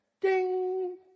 Ding